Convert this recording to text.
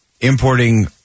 importing